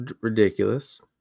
ridiculous